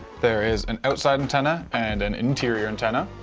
there is an outside antenna and an interior antenna,